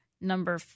Number